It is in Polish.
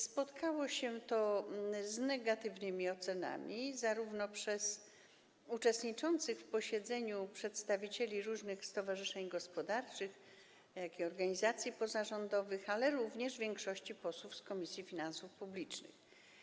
Spotkało się to z negatywnymi ocenami zarówno przez uczestniczących w posiedzeniu przedstawicieli różnych stowarzyszeń gospodarczych, jak i organizacji pozarządowych, ale również większości posłów z Komisji Finansów Publicznych.